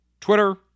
Twitter